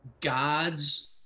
God's